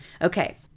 Okay